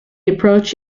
approach